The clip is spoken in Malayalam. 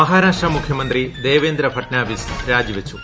മഹാരാഷ്ട്ര മുഖ്യമന്ത്രി ദേവേന്ദ്ര ഫട്നാവിസ് രാജിവച്ചു